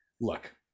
Look